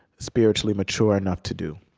spiritually mature enough to do.